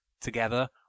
Together